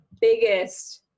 biggest